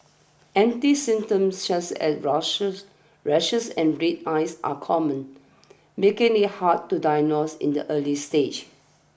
empty symptoms such as rushes rashes and red eyes are common making it hard to diagnose in the early stages